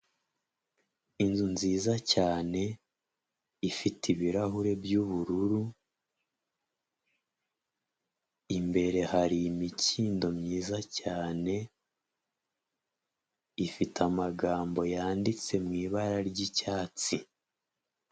Inzu nziza cyane ifite ibirahure by'ubururu, imbere hari imikindo myiza cyane, ifite amagambo yanditse mu ibara ry'icyatsi.